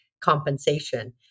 compensation